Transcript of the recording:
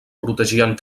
protegien